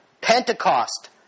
Pentecost